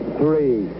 three